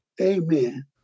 Amen